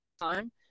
time